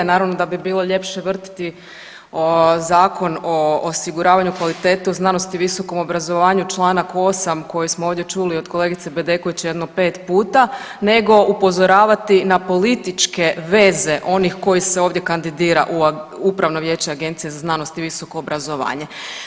Naravno da bi bilo ljepše vrtiti Zakon o osiguravanju kvalitete u znanosti i visokom obrazovanju Članak 8. koji smo ovdje čuli od kolegice Bedeković jedno 5 puta nego upozoravati na političke veze onih koji se ovdje kandidira u Upravno vijeće Agencije za znanost i visoko obrazovanje.